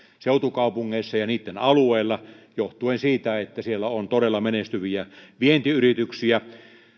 seutukaupungeissa ja niitten alueilla johtuen siitä että siellä on todella menestyviä vientiyrityksiä